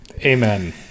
amen